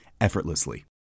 effortlessly